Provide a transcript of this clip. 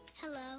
Hello